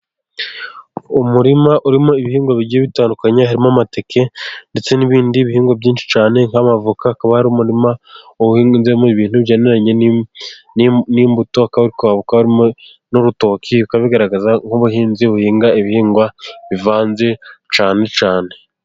Umurima urimo ibihingwa bigiye bitandukanye harimo amateke, ndetse n'ibindi bihingwa byinshi cyane, nk'amavoka akaba ari umurima uwuhinzemo, ibintu bi byegeranye n'imbuto n'urutoki, ukabigaragaza nk'ubuhinzi buhinga, ibihingwa bivanze cyane cyane.